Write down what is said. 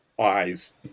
eyes